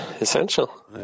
essential